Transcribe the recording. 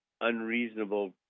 unreasonable